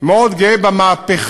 מאוד גאה במהפכה,